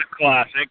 classic